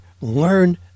learn